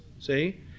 See